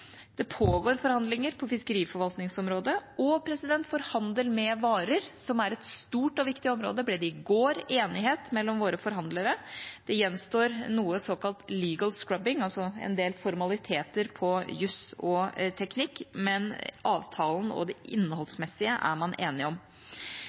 Det pågår forhandlinger på fiskeriforvaltningsområdet. For handel med varer, som er et stort og viktig område, ble det i går enighet mellom forhandlerne. Det gjenstår noe «legal scrubbing», altså en del formaliteter på jus og teknikk, men avtalen og det